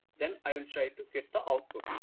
then i will try to get the output.